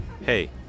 hey